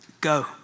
go